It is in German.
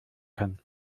kann